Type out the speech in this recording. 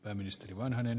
arvoisa puhemies